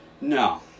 no